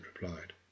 replied